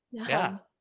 yeah.